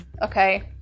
okay